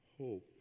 hope